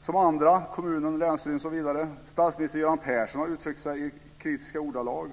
som andra, kommunen, länsstyrelsen, osv. Statsminister Göran Persson har uttryckt sig i kritiska ordalag.